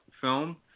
film